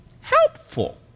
Helpful